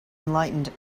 enlightened